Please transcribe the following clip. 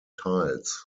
tiles